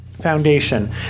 foundation